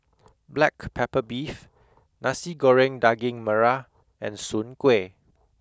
black pepper beef nasi goreng daging merah and soon kueh